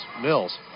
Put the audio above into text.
Mills